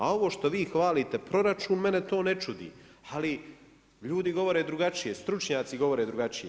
A ovo što vi hvalite proračun, mene to ne čudi, ali ljudi govore drugačije, stručnjaci govore drugačije.